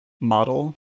model